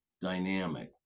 dynamic